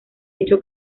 hecho